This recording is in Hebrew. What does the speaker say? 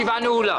הישיבה נעולה.